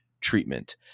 treatment